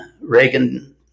Reagan